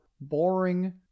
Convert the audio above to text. boring